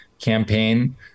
campaign